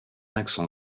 accent